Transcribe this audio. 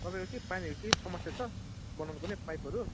तपाईँको के पानीहरूको केही समस्या छ बनाउनु पर्ने पाइपहरू